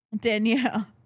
danielle